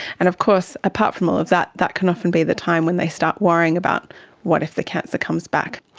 and of course, apart from all of that, that can often be the time when they start worrying about what if the cancer comes back.